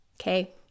Okay